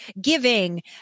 giving